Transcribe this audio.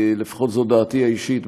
לפחות זו דעתי האישית,